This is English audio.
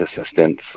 assistance